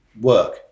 work